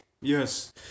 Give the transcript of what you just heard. Yes